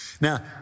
Now